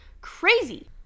crazy